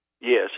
Yes